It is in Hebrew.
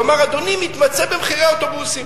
כלומר, אדוני מתמצא במחירי האוטובוסים.